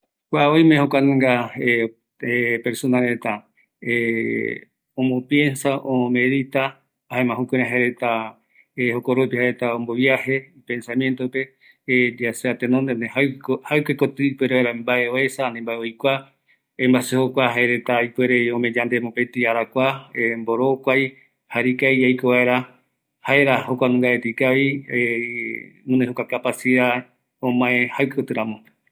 Oïmeko kuanungareta, oïme guinoi jokua arakua jare ojo vaera ketɨ oyapo yave meditacion, baetɨ aesa kuanunga, erei arovia jaereta ometa yandeve mopetï arakua, yajavaera ikaviguerupi yaiko ramboeve